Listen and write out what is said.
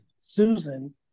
Susan